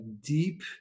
deep